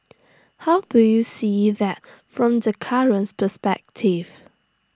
how do you see that from the currents perspective